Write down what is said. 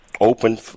open